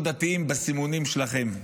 או דתיים בסימונים שלכם,